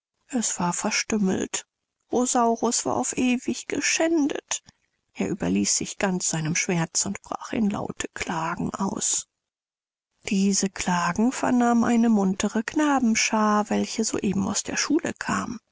es war verstümmelt rosaurus war auf ewig geschändet er überließ sich ganz seinem schmerz und brach in laute klagen aus diese klagen vernahm eine muntere knabenschaar welche so eben aus der schule kam